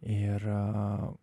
ir na